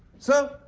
sir,